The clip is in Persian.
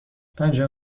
پنجاه